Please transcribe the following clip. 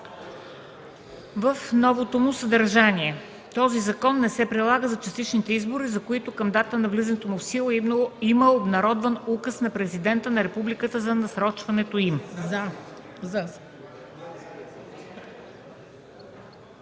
§ 104: „§ 104. Този закон не се прилага за частичните избори, за които към датата на влизането му в сила има обнародван указ на Президента на Републиката за насрочването им.”